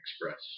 Express